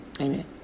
amen